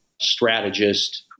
strategist